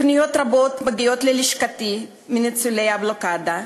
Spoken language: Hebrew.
פניות רבות מגיעות ללשכתי מניצולי הבלוקדה,